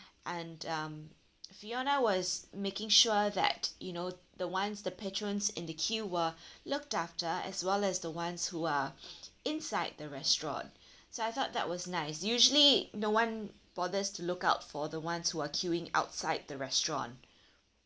and um fiona was making sure that you know the ones the patrons in the queue were looked after as well as the ones who are inside the restaurant so I thought that was nice usually no one bothers to look out for the ones who are queuing outside the restaurant